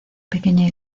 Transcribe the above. pequeña